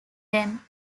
them